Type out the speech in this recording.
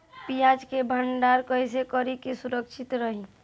प्याज के भंडारण कइसे करी की सुरक्षित रही?